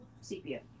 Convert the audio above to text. sepia